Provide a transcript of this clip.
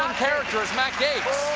ah character as matt gaetz!